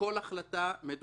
ענת "את" ענת,